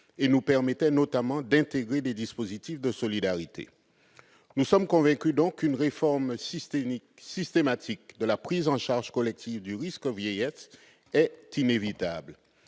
et nous permettait notamment d'intégrer des dispositifs de solidarité. Nous sommes convaincus qu'une réforme systémique de la prise en charge collective du risque vieillesse est inévitable.